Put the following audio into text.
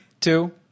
two